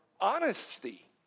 honesty